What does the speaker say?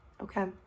Okay